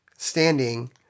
Standing